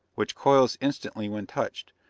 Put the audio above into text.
which coils instantly when touched,